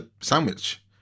sandwich